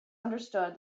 understood